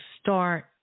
start